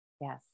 Yes